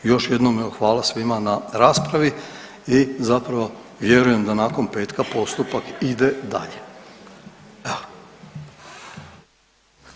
Još jednom evo hvala svima na raspravi i zapravo vjerujem da nakon petka postupak ide dalje, evo.